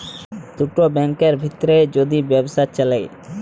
দুটা ব্যাংকের ভিত্রে যদি ব্যবসা চ্যলে